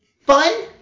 Fun